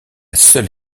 seule